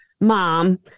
mom